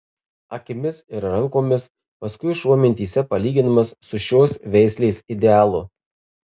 akimis ir rankomis paskui šuo mintyse palyginamas su šios veislės idealu